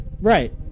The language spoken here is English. Right